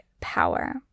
power